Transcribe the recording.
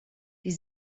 die